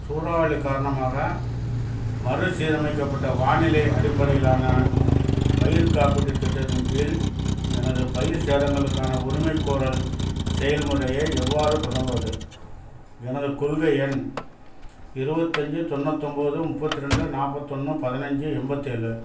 சூறாவளி காரணமாக மறுசீரமைக்கப்பட்ட வானிலை அடிப்படையிலான பயிர் காப்பீட்டுத் திட்டத்தின் கீழ் எனது பயிர்ச் சேதங்களுக்கான உரிமைகோரல் செயல்முறையை எவ்வாறு தொடங்குவது எனது கொள்கை எண் இருபத்தஞ்சி தொண்ணூத்தொம்பது முப்பத்து ரெண்டு நாற்பத்தொன்னு பதினஞ்சி எம்பத்தேழு